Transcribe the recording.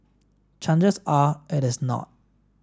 chances are it is not